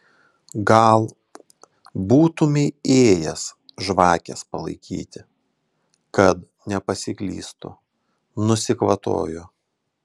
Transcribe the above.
gal būtumei ėjęs žvakės palaikyti kad nepasiklystų nusikvatojo